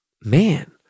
man